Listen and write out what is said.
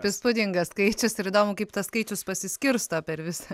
įspūdingas skaičius ir įdomu kaip tas skaičius pasiskirsto per visą